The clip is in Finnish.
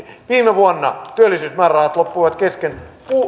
viime vuonna työllisyysmäärärahat loppuivat kesken